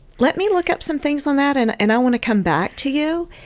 let me look up some things on that and and i want to come back to you.